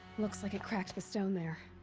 looks like it cracked the stone there.